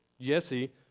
Jesse